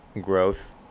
growth